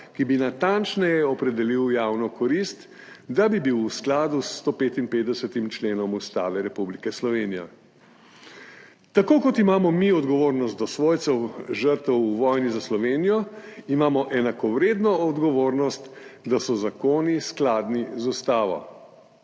ki bi natančneje opredelil javno korist, da bi bil v skladu s 155. členom Ustave Republike Slovenije. Tako, kot imamo mi odgovornost do svojcev žrtev v vojni za Slovenijo, imamo enakovredno odgovornost do tega, da so zakoni skladni z ustavo.